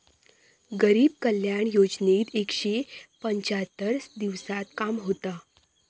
गरीब कल्याण योजनेत एकशे पंच्याहत्तर दिवसांत काम होता